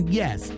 yes